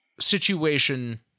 situation